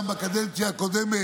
מה התכלית